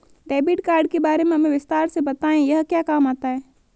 Debit card के बारे में हमें विस्तार से बताएं यह क्या काम आता है?